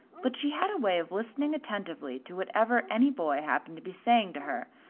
but she had a way of listening attentively to whatever any boy happened to be saying to her,